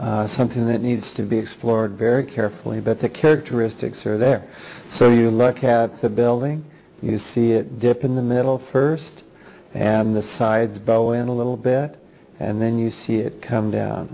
demolition something that needs to be explored very carefully but the characteristics are there so you look at the building you see it dip in the middle first and the sides bow in a little bit and then you see it come down